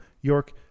York